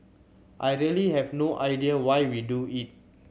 I really have no idea why we do it